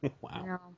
Wow